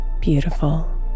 beautiful